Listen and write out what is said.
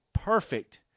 perfect